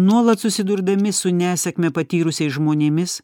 nuolat susidurdami su nesėkme patyrusiais žmonėmis